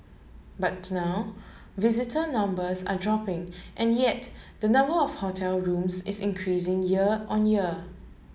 but now visitor numbers are dropping and yet the number of hotel rooms is increasing year on year